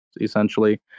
essentially